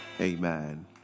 Amen